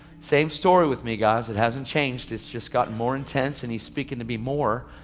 same story with me guys. it hasn't changed, it's just gotten more intense, and he's speaking to me more.